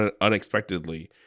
unexpectedly